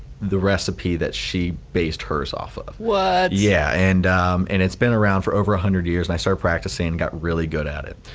the recipe that she based hers off of. what? yeah and and it's been around for over one hundred years and i started practicing and got really good at it.